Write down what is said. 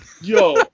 Yo